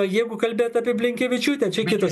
jeigu kalbėt apie blinkevičiūtę čia kitas